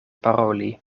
paroli